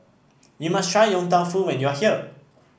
you must try Yong Tau Foo when you are here